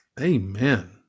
Amen